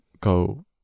go